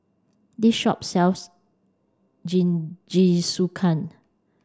this shop sells Jingisukan